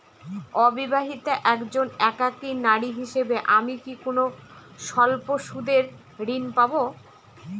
অবিবাহিতা একজন একাকী নারী হিসেবে আমি কি কোনো স্বল্প সুদের ঋণ পাব?